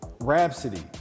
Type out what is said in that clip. Rhapsody